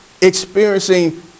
experiencing